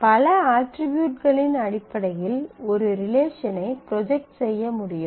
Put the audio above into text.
பல அட்ரிபியூட்களின் அடிப்படையில் ஒரு ரிலேஷனை ப்ரொஜெக்ட் செய்ய முடியும்